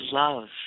love